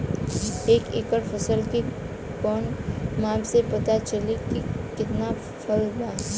एक एकड़ फसल के कवन माप से पता चली की कितना फल बा?